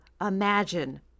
imagine